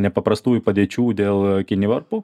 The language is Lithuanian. nepaprastųjų padėčių dėl kinivarpų